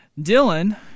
Dylan